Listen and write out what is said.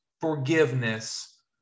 forgiveness